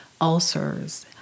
ulcers